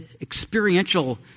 experiential